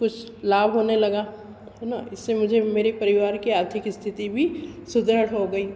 कुछ लाभ होने लगा है ना इससे मुझे मेरे परिवार की आर्थिक स्थिति भी सुदढ़ हो गई